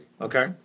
Okay